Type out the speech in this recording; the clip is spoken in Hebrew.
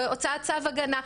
הוצאת צו הגנה,